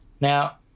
Now